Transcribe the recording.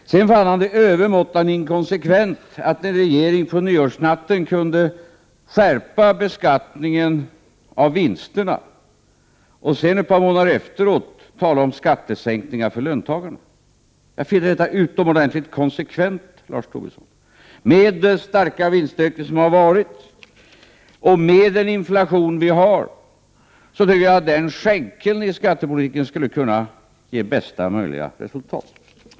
Sedan fann han det över måttan inkonsekvent att en regering på nyårsnatten kunde skärpa beskattningen av vinsterna, och ett par månader efteråt tala om skattesänkningar för löntagarna. Jag finner detta utomordentligt konsekvent, Lars Tobisson. Med den starka vinstökning som har varit och med den inflation vi har, tycker jag att den ”skänkeln” i skattepolitiken skulle kunna ge bästa möjliga resultat.